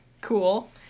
Cool